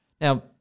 Now